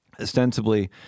ostensibly